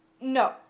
No